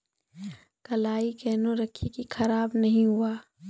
कलाई केहनो रखिए की खराब नहीं हुआ?